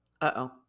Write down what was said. Uh-oh